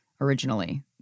originally